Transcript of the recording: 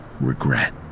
regret